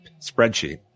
spreadsheet